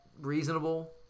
reasonable